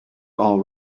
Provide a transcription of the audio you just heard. all